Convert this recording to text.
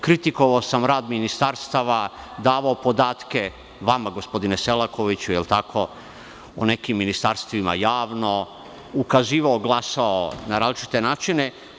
Kritikovao sam rad ministarstava, davao podatke vama, gospodine Selakoviću, o nekim ministarstvima javno, ukazivao, glasao na različite načine.